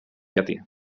llatí